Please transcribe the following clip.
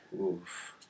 Oof